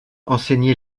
enseigné